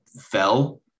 fell